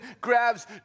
grabs